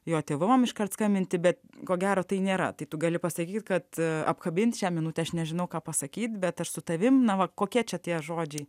jo tėvam iškart skambinti bet ko gero tai nėra tai tu gali pasakyt kad apkabint šią minutę aš nežinau ką pasakyt bet aš su tavim na va kokie čia tie žodžiai